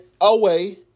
away